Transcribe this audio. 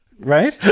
Right